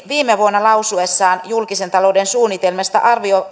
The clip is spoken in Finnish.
viime vuonna lausuessaan julkisen talouden suunnitelmasta